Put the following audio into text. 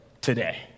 today